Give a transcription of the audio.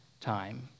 time